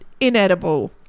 inedible